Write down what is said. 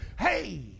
Hey